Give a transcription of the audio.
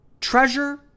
Treasure